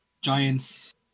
Giants